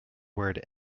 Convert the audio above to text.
word